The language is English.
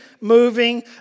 moving